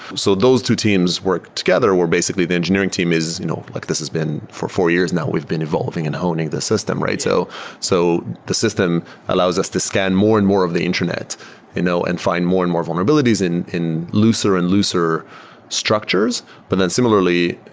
so those two teams work together, where basically the engineering team is you know like this has been for four years now. we've been evolving and honing this system, right? so so the system allows us to scan more and more of the internet you know and find more and more vulnerabilities in in looser and looser structures, but then similarly,